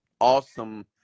awesome